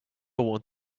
want